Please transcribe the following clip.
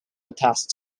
attached